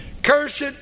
Cursed